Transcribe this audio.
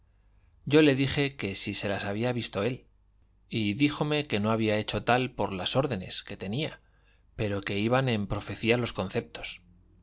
yo le dije que si se las había visto él y díjome que no había hecho tal por las órdenes que tenía pero que iban en profecía los conceptos